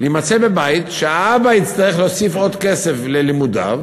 להימצא בבית שבו האבא יצטרך להוסיף עוד כסף ללימודיו?